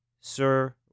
Sir